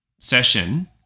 session